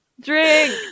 Drink